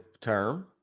term